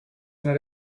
not